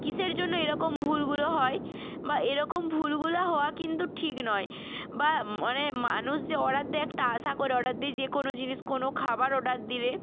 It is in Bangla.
কীসের জন্য এরকম ভুলগুলো হয় বা এরকম ভুলগুলো হওয়া কিন্তু ঠিক নয় বা মানে মানুষ যে অর্ডার দেয় একটা আশা করে অর্ডার দেয় যে কোনো জিনিস কোনো খাবার অর্ডার দিলে